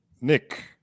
Nick